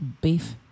Beef